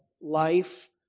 life